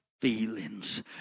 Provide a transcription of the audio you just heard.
feelings